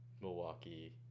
Milwaukee